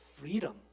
freedom